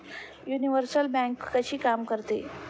Universal bank कशी काम करते?